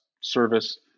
service